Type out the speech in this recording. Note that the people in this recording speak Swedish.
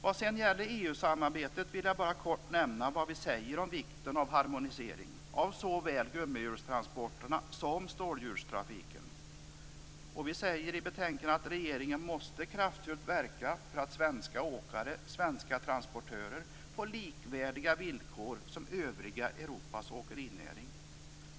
Vad sedan gäller EU-samarbetet vill jag bara kort nämna vad vi säger om vikten av harmonisering av såväl gummihjulstransporterna som stålhjulstrafiken. Vi säger i betänkandet att regeringen måste kraftfullt verka för att svenska åkare och svenska transportörer får likvärdiga villkor med övriga Europas åkerinäring.